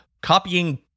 copying